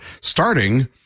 starting